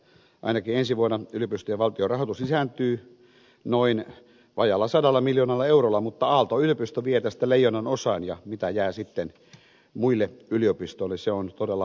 ainakin ensi vuonna yliopistojen valtion rahoitus lisääntyy noin vajaalla sadalla miljoonalla eurolla mutta aalto yliopisto vie tästä leijonanosan ja mitä jää sitten muille yliopistoille se on todella hankala asia